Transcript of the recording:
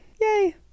yay